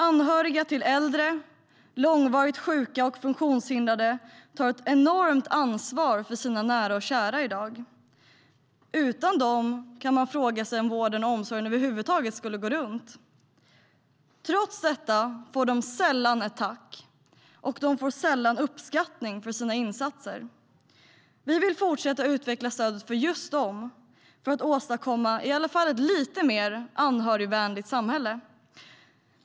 Anhöriga till äldre, långvarigt sjuka och funktionshindrade tar ett enormt ansvar för sina nära och kära i dag. Utan dem kan man fråga sig om vården och omsorgen över huvud taget skulle gå runt. Trots det får de sällan ett tack eller någon uppskattning för sina insatser. Vi vill fortsätta att utveckla stödet till just dem, för att åstadkomma i alla fall ett lite mer anhörigvänligt samhälle.